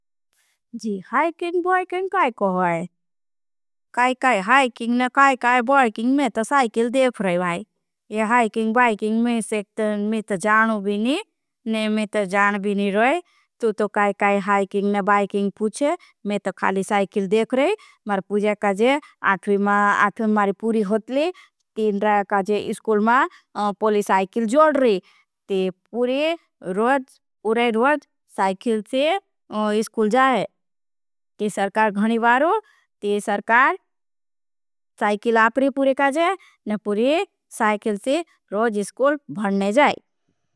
Hiking biking काई को है काई काई हाइकिंग ना काई काई। बाइकिंग में तो साइकिल देख रहा है ये हाइकिंग बाइकिंग में। सेक्ट में तो जानों भी नहीं नहीं में तो जान भी नहीं रहा है तो। तो काई काई हाइकिंग ना बाइकिंग पूछे में तो खाली साइकिल। देख रहा है मारे पुझे काजे आठम मारी पूरी होतली तीन राय। काजे स्कूल मारी पूली साइकिल जोड रही ते पूरी रोज पूरे रोज। साइकिल से स्कूल जाए ते सरकार घणिबारो ते सरकार साइकिल। आपरी पूरे काजे ने पूरी साइकिल से रोज स्कूल भनने जाए।